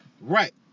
Right